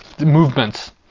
movements